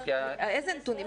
איזה נתונים?